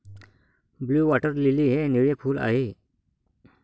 blue water lily हे निळे फूल आहे